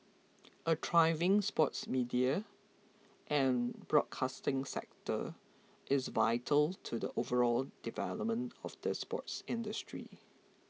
a thriving sports media and broadcasting sector is vital to the overall development of the sports industry